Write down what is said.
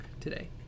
today